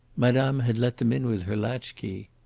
madame had let them in with her latchkey.